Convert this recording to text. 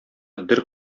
дер